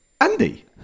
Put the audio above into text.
Andy